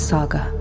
Saga